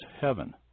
heaven